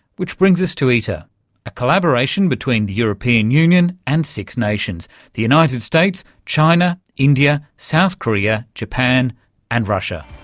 which brings us to iter, a collaboration between the european union and six nations the united states, china, india, south korea, japan and russia.